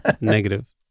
Negative